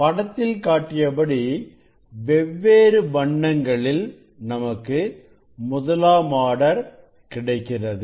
படத்தில் காட்டியபடி வெவ்வேறு வண்ணங்களில் நமக்கு முதலாம் ஆர்டர் கிடைக்கிறது